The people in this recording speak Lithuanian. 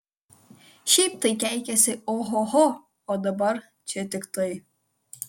šiaip tai keikiasi ohoho o dabar čia tik tai